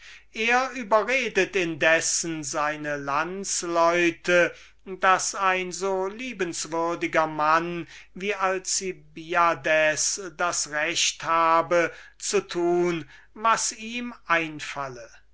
er überredet indessen seine landsleute daß ein so liebenswürdiger mann wie alcibiades das recht habe zu tun was ihm einfalle